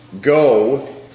Go